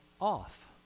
off